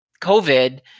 COVID